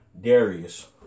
Darius